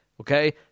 Okay